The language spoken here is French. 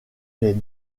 les